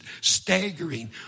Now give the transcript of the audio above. staggering